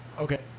okay